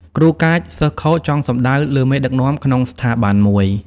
គ្រូកាច សិស្សខូច ចង់សំដៅលើមេដឹកនាំក្នុងស្ថាប័នមួយ។